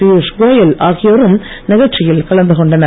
பீயுஷ் கோயல் ஆகியோரும் நிகழ்ச்சியில் கலந்துகொண்டனர்